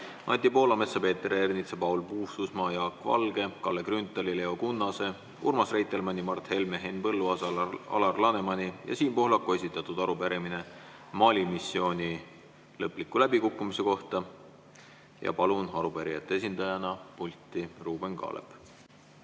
Anti Poolametsa, Peeter Ernitsa, Paul Puustusmaa, Jaak Valge, Kalle Grünthali, Leo Kunnase, Urmas Reitelmanni, Mart Helme, Henn Põlluaasa, Alar Lanemani ja Siim Pohlaku esitatud arupärimine Mali missiooni lõpliku läbikukkumise kohta. Palun arupärijate esindajana pulti Ruuben Kaalepi.